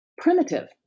primitive